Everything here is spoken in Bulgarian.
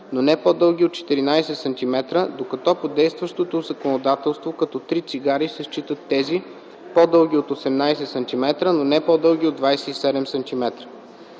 но не по-дълги от 14 см, докато по действащото законодателство като три цигари се считат тези, по-дълги от 18 см, но не по-дълги от 27 см;